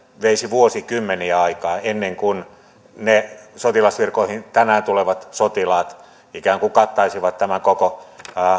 veisi vuosikymmeniä aikaa ennen kuin ne sotilasvirkoihin tänään tulevat sotilaat ikään kuin kattaisivat tämän koko